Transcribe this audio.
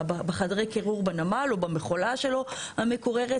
בחדרי קירור בנמל או במכולה שלו המקוררת,